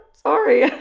sorry.